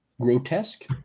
Grotesque